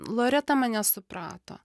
loreta mane suprato